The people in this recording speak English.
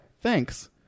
thanks